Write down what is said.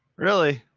really.